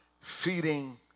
feeding